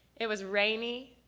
it was rainy,